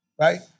right